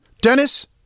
Dennis